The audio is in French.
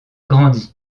grandi